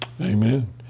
Amen